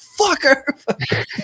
fucker